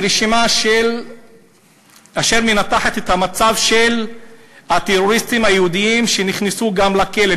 ורשימה אשר מנתחת את המצב של הטרוריסטים היהודים שנכנסו לכלא,